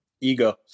Ego